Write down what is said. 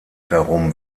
darum